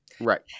Right